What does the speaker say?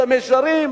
במישרין,